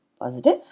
positive